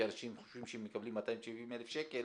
כי אנשים חושבים שהם מקבלים 270,000 שקל